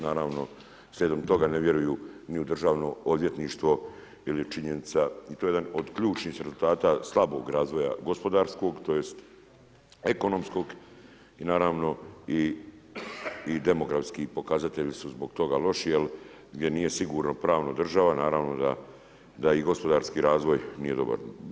Naravno, slijedom toga ne vjeruju ni u državno odvjetništvo jer je činjenica i to je jedan od ključnih rezultata slabog razvoja gospodarskog tj. ekonomskog i naravno i demografski pokazatelji su zbog toga loši jer gdje nije sigurna pravna država, naravno da i gospodarski razvoj nije dobar.